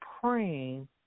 praying